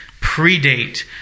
predate